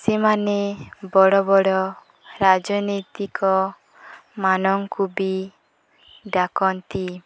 ସେମାନେ ବଡ଼ ବଡ଼ ରାଜନୈତିକ ମାନଙ୍କୁ ବି ଡାକନ୍ତି